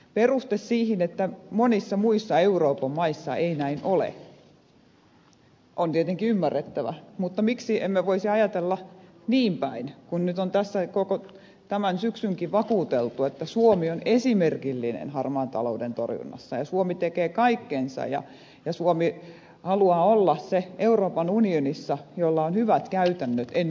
peruste sille että monissa muissa euroopan maissa ei näin ole on tietenkin ymmärrettävä mutta miksi emme voisi ajatella niin päin kun tässä on koko tämän syksynkin vakuuteltu että suomi on esimerkillinen harmaan talouden torjunnassa ja suomi tekee kaikkensa ja suomi haluaa olla se euroopan unionissa jolla on hyvät käytännöt ennen kuin muilla